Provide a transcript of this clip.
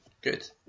Good